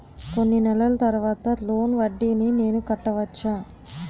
కొన్ని నెలల తర్వాత లోన్ వడ్డీని నేను కట్టవచ్చా?